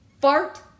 Fart